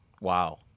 Wow